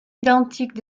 identiques